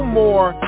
more